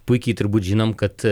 puikiai turbūt žinom kad